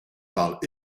parlent